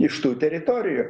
iš tų teritorijų